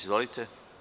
Izvolite.